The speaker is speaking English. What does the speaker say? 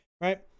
right